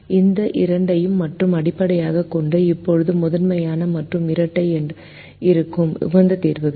ஆனால் இந்த இரண்டையும் மட்டும் அடிப்படையாகக் கொண்டு இப்போது முதன்மையான மற்றும் இரட்டை இருக்கும் உகந்த தீர்வுகள்